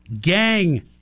gang